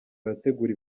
arategura